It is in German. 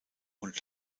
und